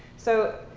so,